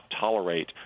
tolerate